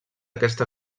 aquesta